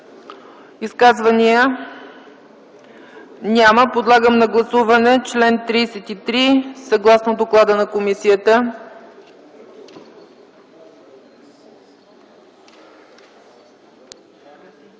Изказвания? Няма. Подлагам на гласуване чл. 33, съгласно доклада на комисията.